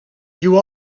you